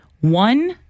one